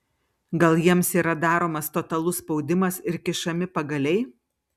gal jiems yra daromas totalus spaudimas ir kišami pagaliai